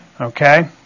Okay